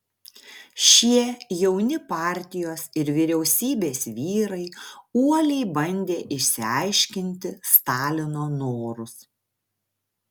šie jauni partijos ir vyriausybės vyrai uoliai bandė išsiaiškinti stalino norus